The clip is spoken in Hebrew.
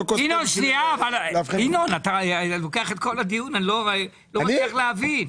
אני לא מבין.